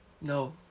no